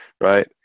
right